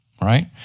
right